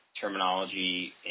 terminology